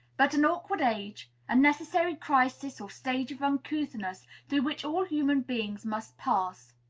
but an awkward age a necessary crisis or stage of uncouthness, through which all human beings must pass